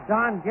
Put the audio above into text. Don